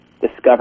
discover